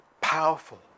powerful